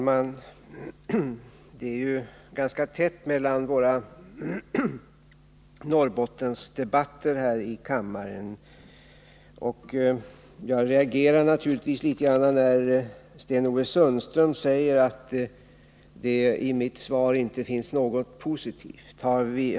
Herr talman! Det är ganska tätt mellan våra Norrbottensdebatter här i kammaren. Jag reagerar naturligtvis när Sten-Ove Sundström säger att det inte finns någonting positivt i mitt svar.